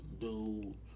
dude